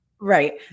Right